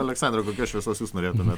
aleksandra kokios šviesos jūs norėtumėt